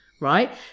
Right